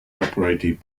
operated